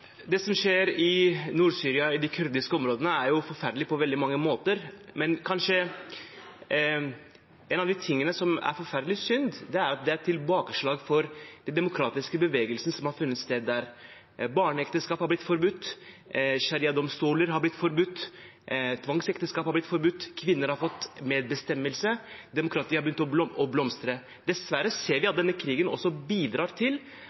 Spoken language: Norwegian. Det som skjer i Nord-Syria, i de kurdiske områdene, er forferdelig på veldig mange måter, men kanskje er en av de tingene som er forferdelig synd, at det er et tilbakeslag for den demokratiske bevegelsen som har funnet sted der. Barneekteskap, shariadomstoler og tvangsekteskap er blitt forbudt, kvinner har fått medbestemmelse, og demokratiet har begynt å blomstre. Dessverre ser vi at denne krigen også bidrar til